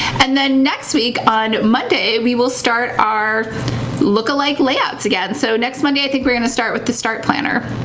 and then next week on monday, we will start our lookalike layouts again. so next monday, i think we're gonna start with the start planner.